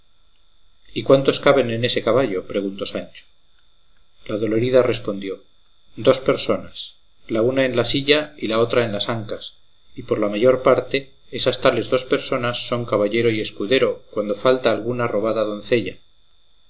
y cuántos caben en ese caballo preguntó sancho la dolorida respondió dos personas la una en la silla y la otra en las ancas y por la mayor parte estas tales dos personas son caballero y escudero cuando falta alguna robada doncella